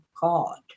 God